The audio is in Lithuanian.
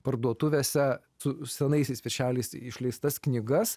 parduotuvėse su senaisiais viršeliais išleistas knygas